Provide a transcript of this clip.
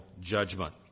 judgment